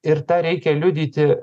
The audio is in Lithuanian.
ir tą reikia liudyti